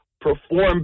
perform